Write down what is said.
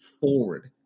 forward